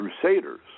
crusaders